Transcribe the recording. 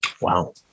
Wow